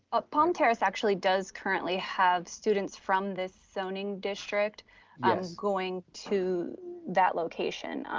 ah palm terrace actually does currently have students from this zoning district um going to that location.